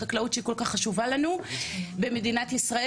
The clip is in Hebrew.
החקלאות שכל כך חשובה לנו במדינת ישראל,